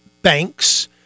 banks